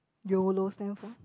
Yolo stands for